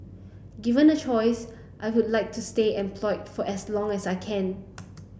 given a choice I would like to stay employed for as long as I can